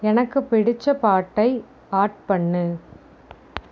எனக்குப் பிடிச்ச பாட்டை ஆட் பண்ணு